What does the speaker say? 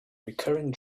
recurrent